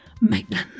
maitland